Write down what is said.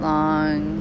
long